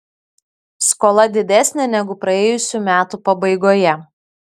skola didesnė negu praėjusių metų pabaigoje